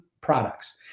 products